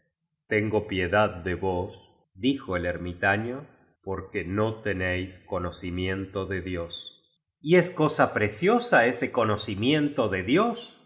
tengo piedad de vosdijo el ermitañoporque no te néis conocimiento de dios y es cosa preciosa ese conocimiento de dios